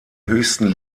höchsten